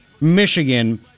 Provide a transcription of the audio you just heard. Michigan